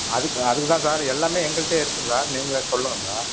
அதுக்கு அதுக்கு தான் சார் எல்லாமே எங்கள்கிட்டயே இருக்குது சார் நீங்கள் சொல்லுங்கள் சார்